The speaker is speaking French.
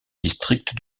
district